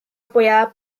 apoyada